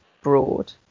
Broad